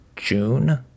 June